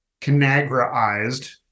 Canagraized